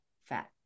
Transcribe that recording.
fat